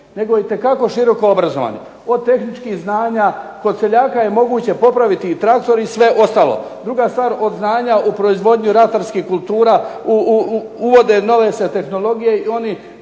nego itekako široko obrazovani od tehničkih znanja. Kod seljaka je moguće popraviti i traktor i sve ostalo. Druga stvar od znanja u proizvodnji ratarskih kultura uvode nove se tehnologije i oni